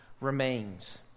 remains